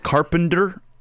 Carpenter